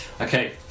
Okay